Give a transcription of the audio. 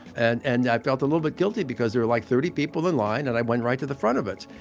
and and i felt a little bit guilty because there are like thirty people in line and i went right to the front of it.